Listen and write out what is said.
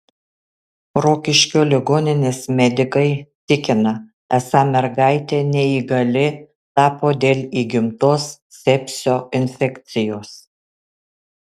rokiškio ligoninės medikai tikina esą mergaitė neįgali tapo dėl įgimtos sepsio infekcijos